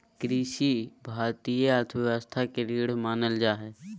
कृषि भारतीय अर्थव्यवस्था के रीढ़ मानल जा हइ